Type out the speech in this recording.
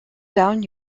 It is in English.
down